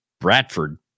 Bradford